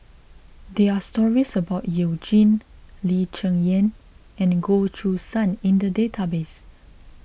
there are stories about You Jin Lee Cheng Yan and Goh Choo San in the database